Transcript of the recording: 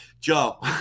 Joe